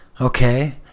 okay